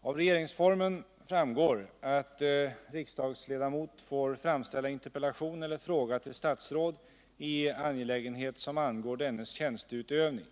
Av regeringsformen framgår att riksdagsledamot får framställa interpellation eller fråga till statsråd i angelägenhet som angår dennes tjänsteutövning.